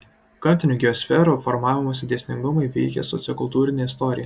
gamtinių geosferų formavimosi dėsningumai veikia sociokultūrinę istoriją